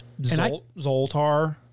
Zoltar